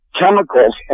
chemicals